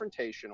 confrontational